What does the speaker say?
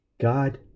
god